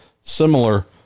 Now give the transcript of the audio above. similar